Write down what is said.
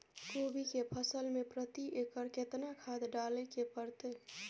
कोबी के फसल मे प्रति एकर केतना खाद डालय के परतय?